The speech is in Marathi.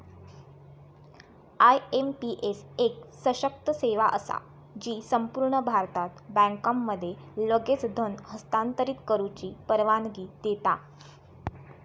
आय.एम.पी.एस एक सशक्त सेवा असा जी संपूर्ण भारतात बँकांमध्ये लगेच धन हस्तांतरित करुची परवानगी देता